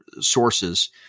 sources